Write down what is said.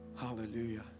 Hallelujah